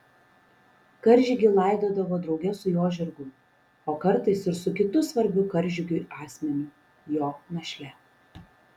karžygį laidodavo drauge su jo žirgu o kartais ir su kitu svarbiu karžygiui asmeniu jo našle